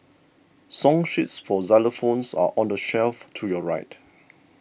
song sheets for xylophones are on the shelf to your right